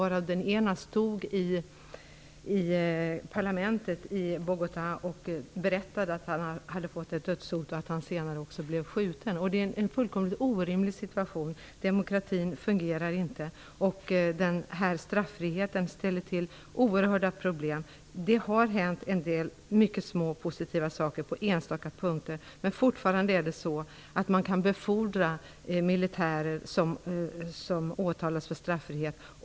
En av dem stod i parlamentet i Bogota och berättade att han hade fått ett dödshot. Han blev senare skjuten. Det är en fullkomligt orimlig situation. Demokratin fungerar inte. Straffriheten ställer till oerhörda problem. Det har hänt en del mycket små positiva saker på några enstaka punkter. Men fortfarande är det så att man befordrar militärer som åtalats och ger dem straffrihet.